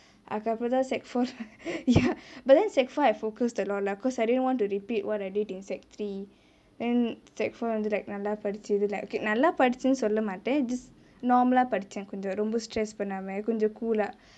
அதுக்கு அப்ரோதா:athuku aprothaa secondary four ya but then secondary four I focused a lot lah because I didn't want to repeat what I did in secondary three and secondary four வந்து:vanthu like நல்லா படிச்சி:nalla padichi okay நல்லா படிச்சேன்னு சொல்ல மாட்டே:nalla padichenu solla maattae just normal லே படிச்சே கொஞ்சோ ரொம்ப:le padiche konjo romba stress பண்ணாமே கொஞ்சோ:pannaamae konjo cool lah